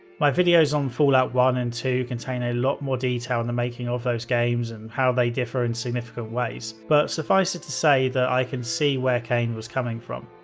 my videos on fallout one and two contain a lot more detail on the making of those games and how they are differ in significant ways, but suffice to say that i can see where cain was coming from.